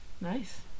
nice